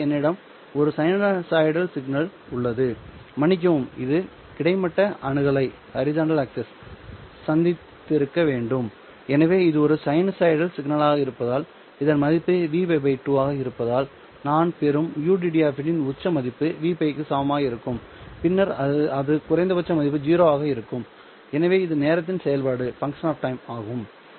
பின்னர் என்னிடம் ஒரு சைனூசாய்டல் சிக்னல் உள்ளது மன்னிக்கவும் இது கிடைமட்ட அணுகலை சந்தித்திருக்க வேண்டும் எனவே இது ஒரு சைனூசாய்டல் சிக்னலாக இருப்பதால் இதன் மதிப்பு Vπ 2 ஆக இருப்பதால் நான் பெறும் ud இன் உச்ச மதிப்பு Vπ க்கு சமமாக இருக்கும் பின்னர் அது குறைந்தபட்ச மதிப்பு 0 க்கு சமமாக இருக்கும் எனவே இது நேரத்தின் செயல்பாடு ஆகும்